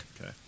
Okay